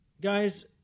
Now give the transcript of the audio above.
Guys